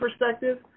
perspective